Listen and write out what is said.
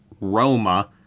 Roma